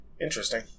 interesting